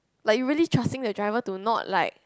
like you really trusting the driver to not like